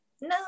no